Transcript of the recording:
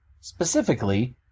specifically